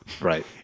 Right